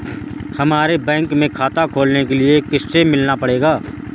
हमे बैंक में खाता खोलने के लिए किससे मिलना पड़ेगा?